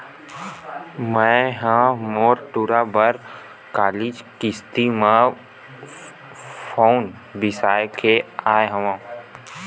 मैय ह मोर टूरा बर कालीच किस्ती म फउन बिसाय के आय हँव